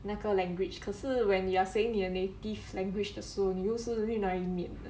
那个 language 可是 when you are saying 你的 native language 的时候你又是于难免的